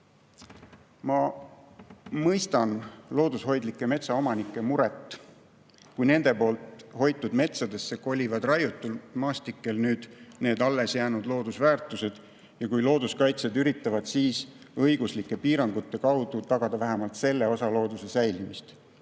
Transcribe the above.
Ma mõistan loodushoidlike metsaomanike muret, kui nende hoitud metsadesse kolivad raiutud maastikelt allesjäänud loodusväärtused ja kui looduskaitsjad üritavad siis õiguslike piirangute abil tagada vähemalt selle osa looduse säilimist.